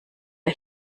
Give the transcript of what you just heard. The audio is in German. der